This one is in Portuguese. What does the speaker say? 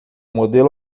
modelo